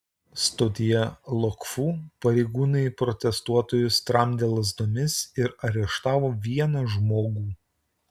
stotyje lok fu pareigūnai protestuotojus tramdė lazdomis ir areštavo vieną žmogų